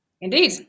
Indeed